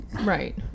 right